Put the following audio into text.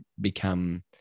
become